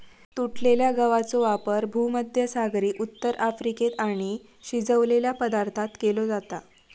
तुटलेल्या गवाचो वापर भुमध्यसागरी उत्तर अफ्रिकेत आणि शिजवलेल्या पदार्थांत केलो जाता